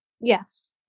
Yes